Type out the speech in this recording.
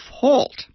fault